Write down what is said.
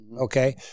Okay